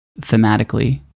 thematically